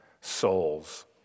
souls